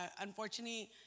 unfortunately